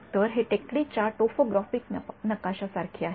तर ते टेकडीच्या टोपोग्राफिक नकाशासारखे आहे